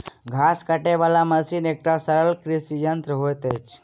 घास काटय बला मशीन एकटा सरल कृषि यंत्र होइत अछि